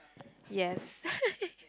yes